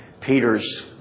Peter's